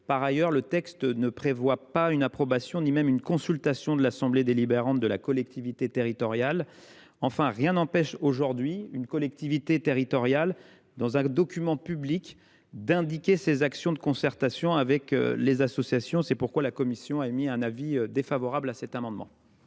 Par ailleurs, le texte ne prévoit pas une approbation ni même une consultation de l’assemblée délibérante de la collectivité territoriale. Enfin, rien n’empêche aujourd’hui une collectivité territoriale d’indiquer dans un document public ses actions de concertation avec les associations. C’est pourquoi la commission a émis un avis défavorable sur cet amendement.